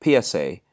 PSA